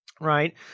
right